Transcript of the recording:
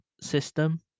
system